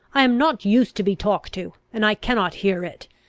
i am not used to be talked to, and i cannot hear it!